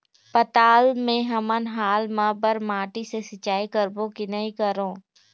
पताल मे हमन हाल मा बर माटी से सिचाई करबो की नई करों?